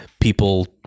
people